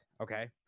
okay